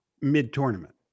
mid-tournament